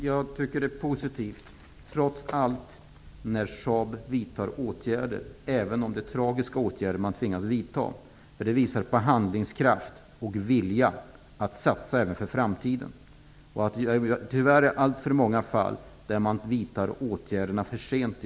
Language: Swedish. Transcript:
Fru talman! Det är trots allt positivt att Saab vidtar åtgärder -- även om det är tragiska åtgärder som man tvingas vidta -- för det visar på handlingskraft och vilja att satsa även för framtiden. Det finns ju, tyvärr, exempel på alltför många fall där åtgärder i stället vidtas för sent.